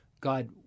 God